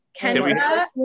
Kendra